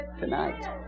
tonight